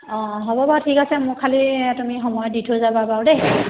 অঁ হ'ব বাৰু ঠিক আছে মোক খালি তুমি সময় দি থৈ যাবা বাৰু দেই